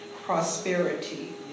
prosperity